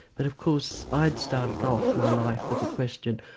but of course i'd started off my life with a question,